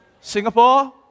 Singapore